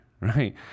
right